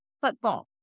football